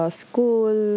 school